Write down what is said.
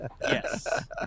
Yes